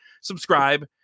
Subscribe